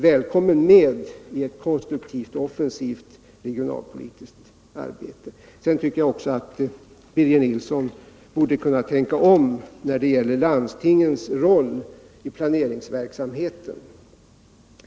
Välkommen med i ett konstruktivt och offensivt regionalpolitiskt arbete! Birger Nilsson borde också tänka om när det gäller landstingens roll i planeringsverksamheten.